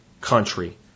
country